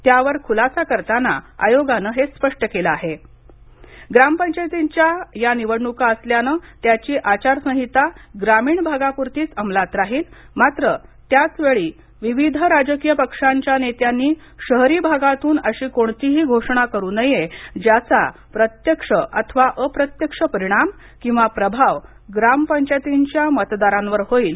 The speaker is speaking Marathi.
त्यावर खुलासा करताना आयोगाने हे स्पष्ट केलं आहे की ग्राम पंचायतींच्या या निवडणूका असल्यानं त्याची आचारसंहिता ग्रामीण भागापुरतीच अंमलात राहील मात्र त्याचवेळी विविध राजकीय पक्षांच्या नेत्यांनी शहरी भागातून अशी कोणतीही घोषणा करू नये ज्याचा प्रत्यक्ष अथवा अप्रत्यक्ष परिणाम किंवा प्रभाव ग्राम पंचायतीच्या मतदारांवर होईल